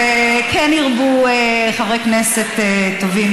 וכן ירבו חברי כנסת טובים,